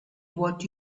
what